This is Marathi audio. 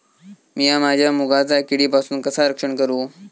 मीया माझ्या मुगाचा किडीपासून कसा रक्षण करू?